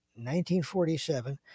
1947